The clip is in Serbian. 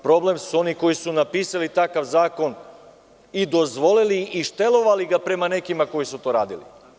Problem su oni koji su napisali takav zakon i dozvolili i štelovali ga prema nekima koji su to uradili.